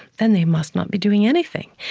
then they must not be doing anything,